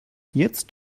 jetzt